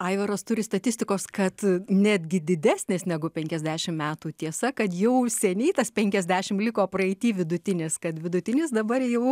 aivaras turi statistikos kad netgi didesnės negu penkiasdešim metų tiesa kad jau seniai tas penkiasdešim liko praeity vidutinis kad vidutinis dabar jau